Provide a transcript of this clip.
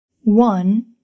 one